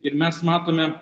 ir mes matome